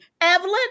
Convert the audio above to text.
Evelyn